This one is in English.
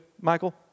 Michael